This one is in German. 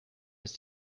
ist